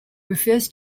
refers